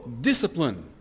discipline